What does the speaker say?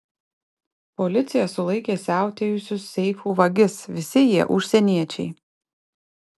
policija sulaikė siautėjusius seifų vagis visi jie užsieniečiai